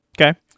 Okay